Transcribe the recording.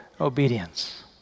obedience